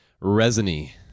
resiny